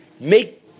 make